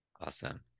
Awesome